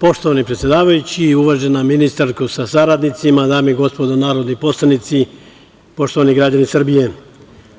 Poštovani predsedavajući, uvažena ministarka sa saradnicima, dame i gospodo narodni poslanici, poštovani građani Srbije,